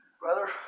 Brother